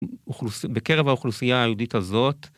בקרב האוכלוסייה היהודית הזאת.